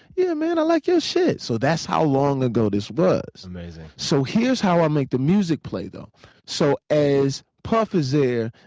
yeah, man, i like your shit. so that's how long ago this was. amazing. so here's how i make the music play. so as puff is there,